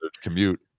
commute